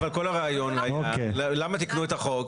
אבל למה תיקנו את החוק?